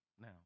now